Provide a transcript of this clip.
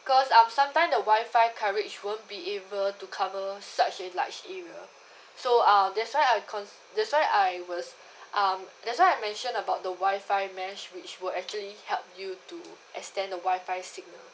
because um sometime the Wi-Fi coverage won't be able to cover such a large area so uh that's why I cons~ that's why I was um that's why I mention about the Wi-Fi mesh which will actually help you to extend the Wi-Fi signal